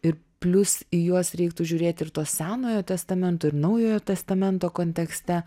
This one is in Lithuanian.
ir plius į juos reiktų žiūrėti ir to senojo testamento ir naujojo testamento kontekste